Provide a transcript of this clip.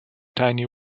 tiny